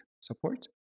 support